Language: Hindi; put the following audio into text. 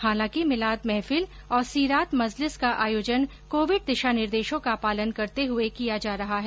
हालांकि मिलाद महफिल और सीरात मजलिस का आयोजन कोविड दिशा निर्देशों का पालन करते हुए किया जा रहा है